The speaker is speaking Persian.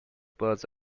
باز